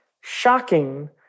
shocking